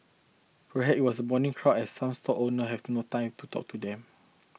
perhaps it was the morning crowd as some stall owner had no time to talk to them